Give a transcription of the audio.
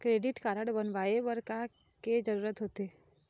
Credit card बनवाए बर का के जरूरत होते?